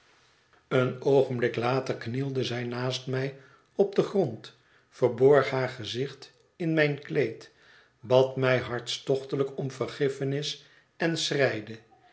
een oogenblik later knielde zij naast mij op den grond verborg haar gezicht in mijn kleed bad mij hartstochtelijk om vergiffenis en